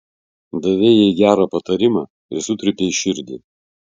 davei jai gerą patarimą ir sutrypei širdį